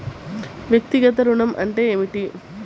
వ్యక్తిగత ఋణం అంటే ఏమిటి?